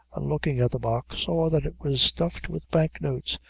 and looking at the box, saw that it was stuffed with bank notes,